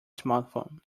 smartphone